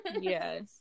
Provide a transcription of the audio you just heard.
Yes